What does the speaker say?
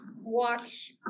watch